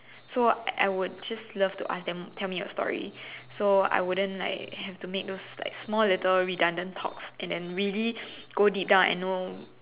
so I would just love to ask them tell me story so I wouldn't like have to make those like small little redundant talks and then really go deep down and know